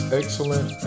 excellent